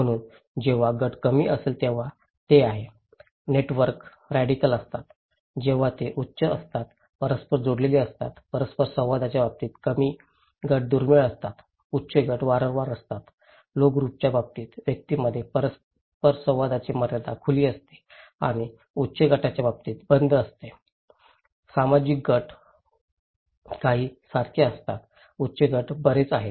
म्हणून जेव्हा गट कमी असेल तेव्हा ते आहे नेटवर्क रॅडिकल असतात जेव्हा ते उच्च असतात परस्पर जोडलेले असतात परस्परसंवादाच्या बाबतीत कमी गट दुर्मिळ असतात उच्च गट वारंवार असतात लो ग्रुपच्या बाबतीत व्यक्तींमध्ये परस्परसंवादाची मर्यादा खुली असते आणि उच्च गटाच्या बाबतीत बंद असते सामायिक गट काहीसारखे असतात उच्च गट बरेच आहेत